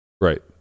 Right